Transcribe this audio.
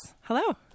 Hello